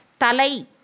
Talai